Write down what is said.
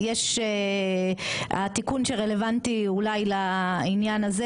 התיקון שרלוונטי אולי לעניין הזה,